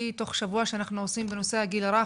תוך שבוע שאנחנו עושים בנושא הגיל הרך,